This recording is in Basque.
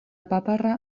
paparra